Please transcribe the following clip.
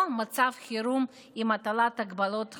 או מצב חירום עם הטלת הגבלות חמורות.